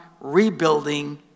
rebuilding